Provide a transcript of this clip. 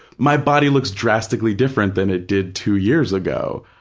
my body looks drastically different than it did two years ago,